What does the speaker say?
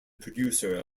producer